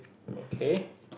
okay